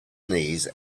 knees